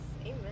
amen